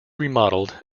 remodeled